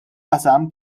qasam